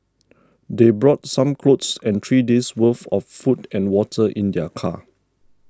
they brought some clothes and three days' worth of food and water in their car